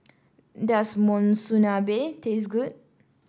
does Monsunabe taste good